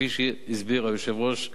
כפי שהסביר היושב-ראש.